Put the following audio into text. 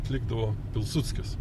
atlikdavo pilsudskis